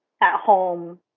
at-home